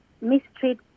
Mistreat